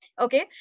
okay